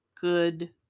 good